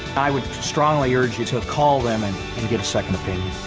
i would strongly urge you to call them and and get a second opinion.